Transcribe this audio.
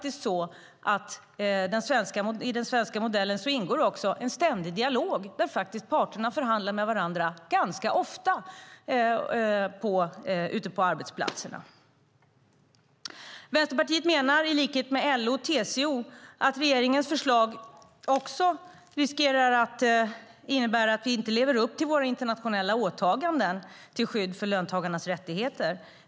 I den svenska modellen ingår ju faktiskt en ständig dialog där parterna förhandlar med varandra ganska ofta ute på arbetsplatserna. Vänsterpartiet menar, i likhet med LO och TCO, att regeringens förslag också riskerar att innebära att vi inte lever upp till våra internationella åtaganden till skydd för löntagarnas rättigheter.